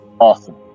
Awesome